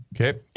Okay